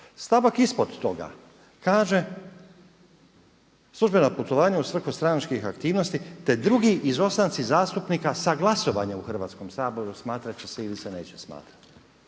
Stavak ispod toga kaže, službena putovanja u svrhu stranačkih aktivnosti te drugi izostanci zastupnika sa glasovanja u Hrvatskom saboru smatrati će se ili se neće smatrati.